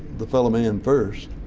the fellow man first,